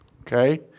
okay